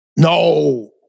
No